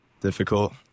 Difficult